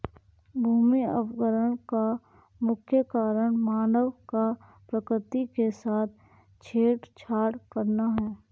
भूमि अवकरण का मुख्य कारण मानव का प्रकृति के साथ छेड़छाड़ करना है